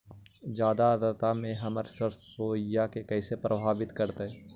जादा आद्रता में हमर सरसोईय के कैसे प्रभावित करतई?